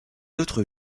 autres